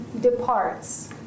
departs